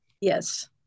Yes